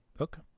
Okay